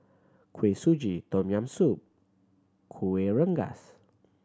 Kuih Suji Tom Yam Soup Kuih Rengas